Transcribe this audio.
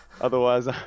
Otherwise